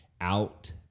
out